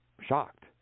shocked